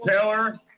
Taylor